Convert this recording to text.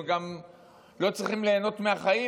הם גם לא צריכים ליהנות מהחיים,